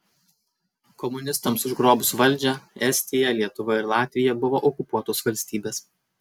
komunistams užgrobus valdžią estija lietuva ir latvija buvo okupuotos valstybės